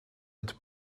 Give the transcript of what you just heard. het